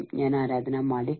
എന്റെ പേര് ആരാധ്ന മാലിക്